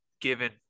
given